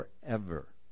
forever